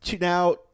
now